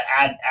add